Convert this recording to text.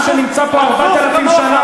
עם שנמצא פה 4,000 שנה.